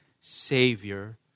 Savior